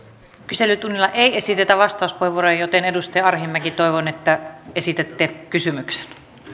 kyselytunnilla ei esitetä vastauspuheenvuoroja joten edustaja arhinmäki toivon että esitätte kysymyksen